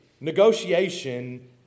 negotiation